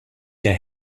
der